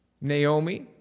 Naomi